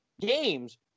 games